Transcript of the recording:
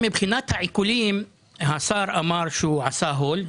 מבחינת העיקולים השר אמר שהוא עשה הולד,